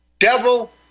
devil